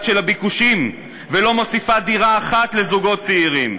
של הביקושים ולא מוסיפה דירה אחת לזוגות צעירים.